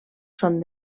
són